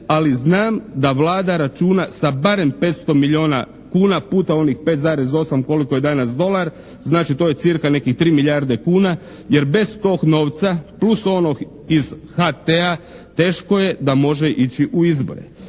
ali znam da Vlada računa sa barem 500 milijuna kuna puta onih 5,8 koliko je danas dolar, znači to je cca nekih 3 milijarde kuna jer bez tog novca plus onog iz HT-a teško je da može ići u izbore.